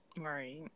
right